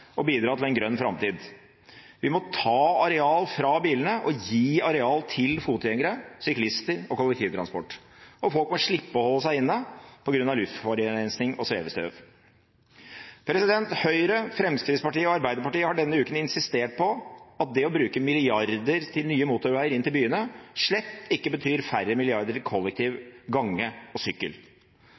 og bidra til en grønn framtid. Vi må ta areal fra bilene og gi areal til fotgjengere, syklister og kollektivtransport, og folk må slippe å holde seg inne på grunn av luftforurensning og svevestøv. Høyre, Fremskrittspartiet og Arbeiderpartiet har denne uka insistert på at det å bruke milliarder til nye motorveier inn til byene slett ikke betyr færre milliarder til kollektivtransport, gange og sykkel.